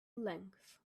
length